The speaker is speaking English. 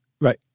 Right